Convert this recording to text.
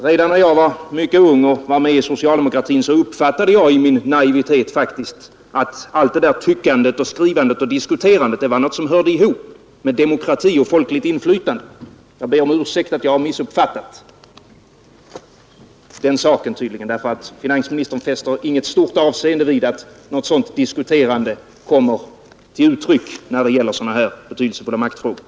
Redan när jag var mycket ung och var med i socialdemokratin trodde jag i min naivitet att allt detta tyckande, skrivande och diskuterande var något som hörde ihop med demokrati och folkligt inflytande. Jag ber om ursäkt att jag tydligen har missuppfattat den saken. Finansministern fäster tydligen inget stort avseende vid ett sådant diskuterande när det gäller betydelsefulla maktfrågor.